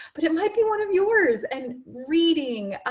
but it might be one of yours and reading.